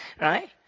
Right